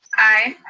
aye.